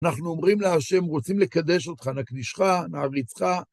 אנחנו אומרים להשם, רוצים לקדש אותך, נקדישך, נעריצך.